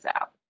out